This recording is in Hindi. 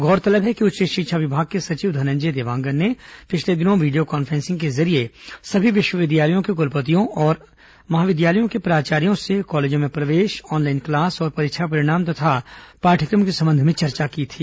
गौरतलब है कि उच्च शिक्षा विभाग के सचिव धनंजय देवांगन ने पिछले दिनों वीडियो कॉन्फ्रेंसिंग के जरिए सभी विश्वविद्यालयों के कुलपतियों और विद्यालयों के प्राचार्यो से कॉलेजों में प्रवेश ऑनलाइन क्लास परीक्षा परिणाम और पाठ्यक्रमों के संबंध में चर्चा की थी